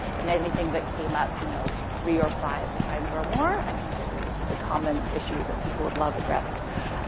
and anything that came up, you know, three or five times or more, i considered was a common issue that people would love addressed.